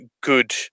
good